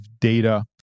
data